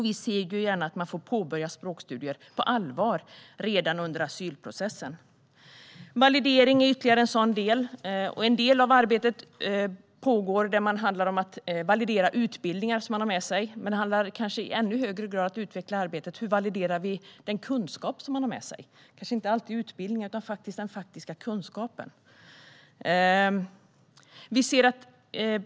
Vi ser gärna att man får påbörja språkstudier på allvar redan under asylprocessen. Validering är ytterligare en del. En del av arbetet pågår. Det handlar om att validera utbildningar som människor har med sig. Men det handlar kanske i ännu högre grad om att utveckla arbetet. Hur validerar vi den kunskap som människor har med sig? Det handlar kanske inte alltid om utbildning utan om den faktiska kunskapen.